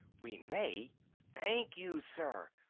we may! thank you, sir.